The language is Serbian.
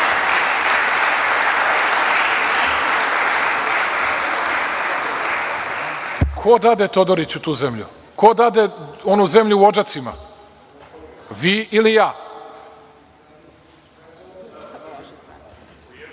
Ko dade Todoriću tu zemlju, ko dade onu zemlju u Odžacima? Vi ili